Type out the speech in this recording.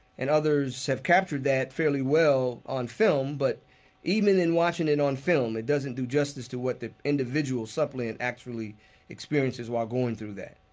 and others have captured that fairly well on film, but even in watching it on film, it doesn't do justice to what the individual subtly and actually experiences while going through that.